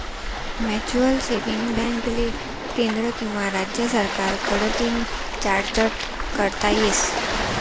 mutual saving बॅकले केंद्र किंवा राज्य सरकार कडतीन चार्टट करता येस